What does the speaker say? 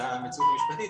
זה המציאות המשפטית,